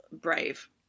brave